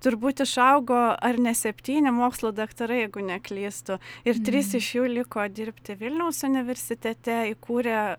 turbūt išaugo ar ne septyni mokslo daktarai jeigu neklystu ir trys iš jų liko dirbti vilniaus universitete įkūrė